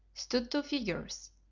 stood two figures,